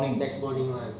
next morning lah